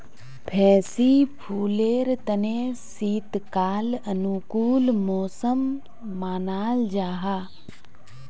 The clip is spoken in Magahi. फैंसी फुलेर तने शीतकाल अनुकूल मौसम मानाल जाहा